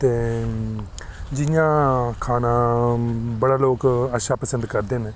ते जियां खाना बड़े लोक अच्छा पसंद करदे न